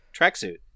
tracksuit